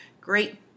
great